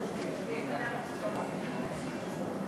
יש לך חמש דקות.